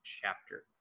chapter